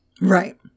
Right